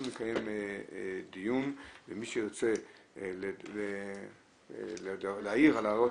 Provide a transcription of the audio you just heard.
אנחנו נקיים דיון ומי שירצה להעיר על ההערות